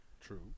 True